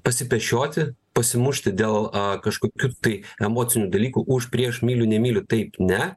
pasipešioti pasimušti dėl kažkokiu tai emocinių dalykų už prieš myliu nemyliu taip ne